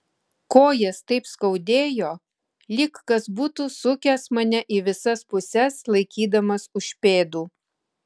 kojas taip skaudėjo lyg kas būtų sukęs mane į visas puses laikydamas už pėdų